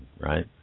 right